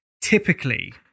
typically